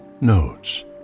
notes